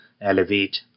Elevate